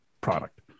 product